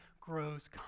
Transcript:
grows